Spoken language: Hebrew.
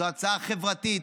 זו הצעה חברתית,